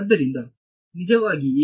ಆದ್ದರಿಂದ ನಿಜವಾಗಿ ಏನು ಇದೆ ಎಂದರೆ